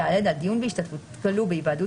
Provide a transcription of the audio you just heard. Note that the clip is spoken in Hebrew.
(ד) הדיון בהשתתפות כלוא בהיוועדות